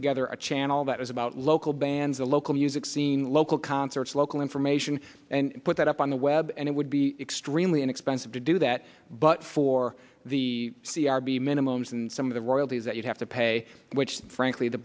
together a channel that is about local bands the local music scene local concerts local information and put that up on the web and it would be extremely inexpensive to do that but for the c r b minimums and some of the royalties that you have to pay which frankly the